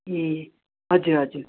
ए हजुर हजुर